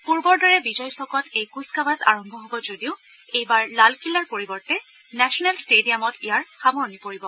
পূৰ্বৰ দৰে বিজয় চকত এই কুচকাৱাজ আৰম্ভ হব যদিও এইবাৰ লালকিল্লাৰ পৰিবৰ্তে নেচনেল ট্টেডিয়ামত ইয়াৰ সামৰণি পৰিব